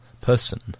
person